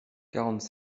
quarante